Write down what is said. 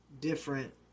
different